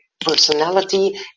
personality